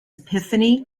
epiphany